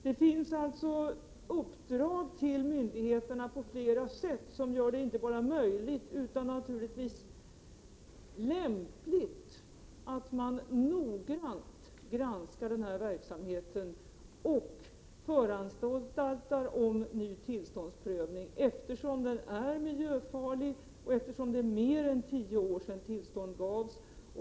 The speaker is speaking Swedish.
Det finns uppdrag till myndigheterna som på flera sätt gör det inte bara möjligt utan naturligtvis även lämpligt att noggrant granska den här verksamheten och föranstalta om ny tillståndsprövning. Verksamheten är miljöfarlig, och det är mer än tio år sedan tillstånd gavs.